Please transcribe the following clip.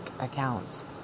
accounts